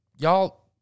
Y'all